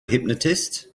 hypnotist